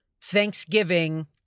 Thanksgiving